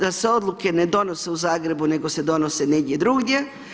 Da se odluke ne donose u Zagrebu, nego se donose negdje drugdje.